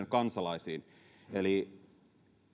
kansalaisiin eli